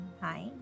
Hi